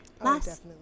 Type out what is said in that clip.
last